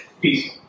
Peace